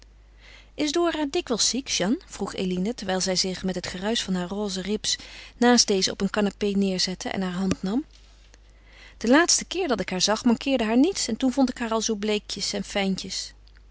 is dora dikwijls ziek jeanne vroeg eline terwijl zij zich met het geruisch van haar roze rips naast deze op een canapé neêrzette en haar hand nam den laatsten keer dat ik haar zag mankeerde haar niets en toen vond ik haar al zoo bleekjes en fijntjes